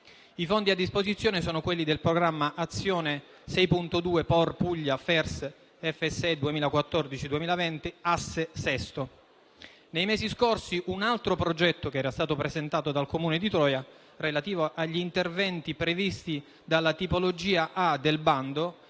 I fondi a disposizione sono quelli del programma azione 6.2 Por Puglia FESR-FSE 2014-2020, Asse VI. Nei mesi scorsi un altro progetto presentato dal Comune di Troia, relativo agli interventi della tipologia A del bando,